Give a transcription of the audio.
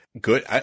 good